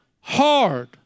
hard